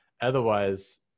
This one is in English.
Otherwise